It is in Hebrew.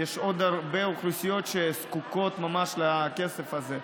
יש עוד הרבה אוכלוסיות שזקוקות ממש לכסף הזה,